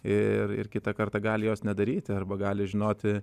ir ir kitą kartą gali jos nedaryti arba gali žinoti